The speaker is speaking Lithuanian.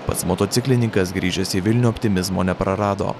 pats motociklininkas grįžęs į vilnių optimizmo neprarado